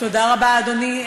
תודה רבה, אדוני.